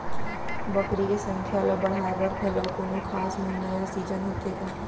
बकरी के संख्या ला बढ़ाए बर घलव कोनो खास महीना या सीजन होथे का?